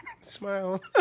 Smile